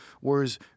Whereas